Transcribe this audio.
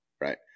right